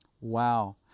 Wow